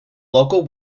local